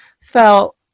felt